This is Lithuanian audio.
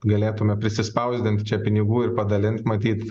galėtume prisispausdint čia pinigų ir padalint matyt